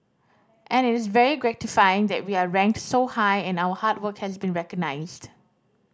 and it's very gratifying that we are ranked so high and our hard work has been recognised